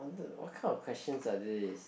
what kind of questions are these